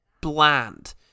bland